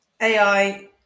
AI